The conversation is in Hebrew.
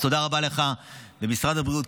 אז תודה רבה לך ולמשרד הבריאות,